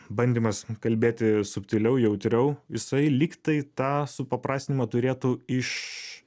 bandymas kalbėti subtiliau jautriau jisai lygtai tą supaprastinimą turėtų iš